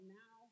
now